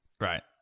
Right